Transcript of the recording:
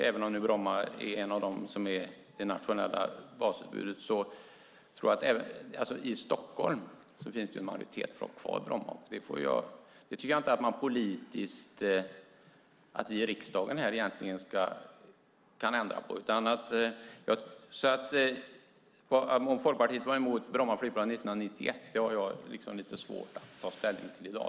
Även om Bromma ingår i det nationella basutbudet finns det i Stockholm en majoritet för att ha kvar Bromma. Det kan inte vi i riksdagen egentligen ändra på. Om Folkpartiet var emot Bromma flygplats 1991 har jag lite svårt att ta ställning till i dag.